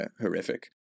horrific